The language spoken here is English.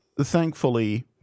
thankfully